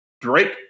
Drake